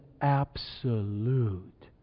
absolute